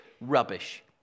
Rubbish